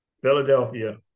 Philadelphia